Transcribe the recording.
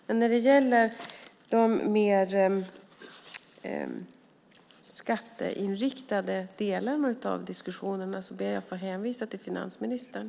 Men när det gäller de mer skatteinriktade delarna av diskussionerna ber jag att få hänvisa till finansministern.